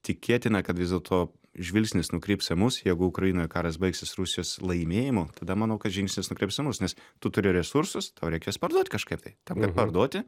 tikėtina kad vis dėlto žvilgsnis nukryps į mus jeigu ukrainoje karas baigsis rusijos laimėjimu tada manau kad žingsnius nukreips į mus nes tu turi resursus tau reikės parduot kažkaip tai tam kad parduoti